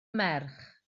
merch